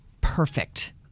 perfect